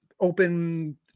open